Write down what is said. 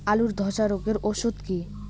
আলুর ধসা রোগের ওষুধ কি?